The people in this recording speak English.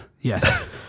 Yes